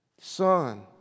son